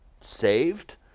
saved